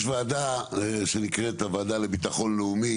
יש ועדה שנקראת הוועדה לביטחון לאומי,